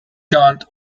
gaunt